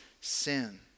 sin